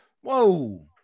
Whoa